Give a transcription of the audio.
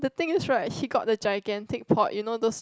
the thing is right he got the gigantic take pot you know those